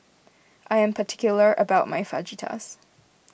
I am particular about my Fajitas